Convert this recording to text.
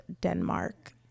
Denmark